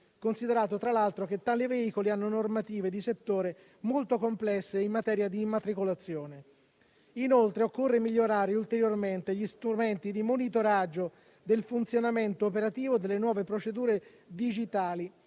considerato tra l'altro che tali veicoli hanno normative di settore molto complesse in materia di immatricolazione. Inoltre occorre migliorare ulteriormente gli strumenti di monitoraggio del funzionamento operativo delle nuove procedure digitali,